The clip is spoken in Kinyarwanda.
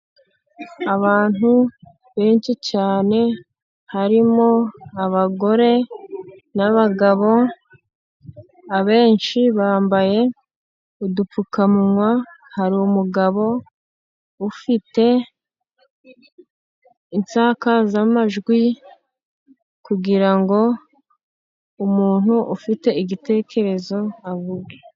Abantu benshi cyane harimo abagore n'abagabo, abenshi bambaye udupfukamunwa hari umugabo ufite insakazamajwi, kugira ngo umuntu ufite igitekerezo avuge.